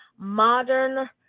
Modern